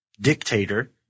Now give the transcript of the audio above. Dictator